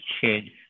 change